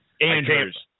Andrews